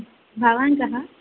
भवान् कः